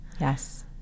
Yes